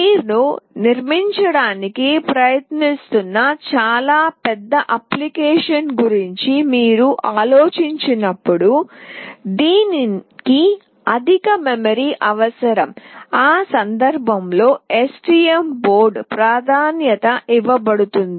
మీరు నిర్మించడానికి ప్రయత్నిస్తున్న చాలా పెద్ద అప్లికేషన్ గురించి మీరు ఆలోచించినప్పుడు దీనికి అధిక మెమరీ అవసరం ఆ సందర్భంలో STM బోర్డు ప్రాధాన్యత ఇవ్వబడుతుంది